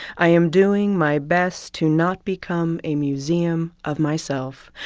i am doing my best to not become a museum of myself.